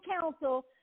council